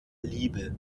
liebe